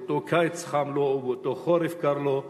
באותו קיץ חם לו ובאותו חורף קר לו?